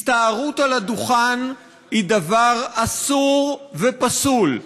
הסתערות על הדוכן היא דבר אסור ופסול.